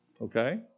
Okay